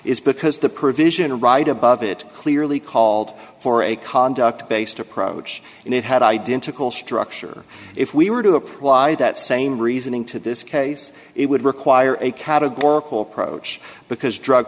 is because the provision right above it clearly called for a conduct based approach and it had identical structure if we were to apply that same reasoning to this case it would require a categorical approach because drug